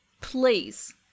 please